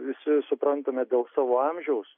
visi suprantame dėl savo amžiaus